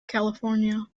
california